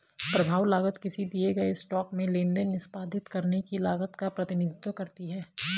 प्रभाव लागत किसी दिए गए स्टॉक में लेनदेन निष्पादित करने की लागत का प्रतिनिधित्व करती है